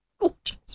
gorgeous